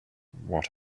what